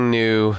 new